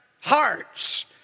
hearts